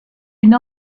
une